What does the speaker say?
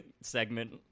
segment